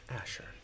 Asher